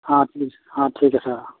হা ঠিক অঁ ঠিক আছে